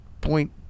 point